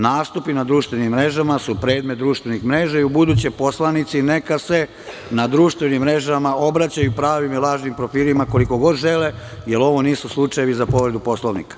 Nastupi na društvenim mrežama su predmet društveni mreža i ubuduće poslanici neka se na društvenim mrežama obraćaju pravim i lažnim profilima koliko god žele, jer ovo nisu slučajevi za povredu Poslovnika.